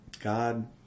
God